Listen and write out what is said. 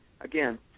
Again